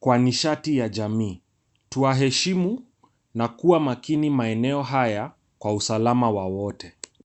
kwa nishati ya jamii. Tuwaheshimu na kuwa makini maeneo haya kwa usalama wa wote.